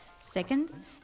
Second